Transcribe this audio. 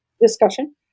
discussion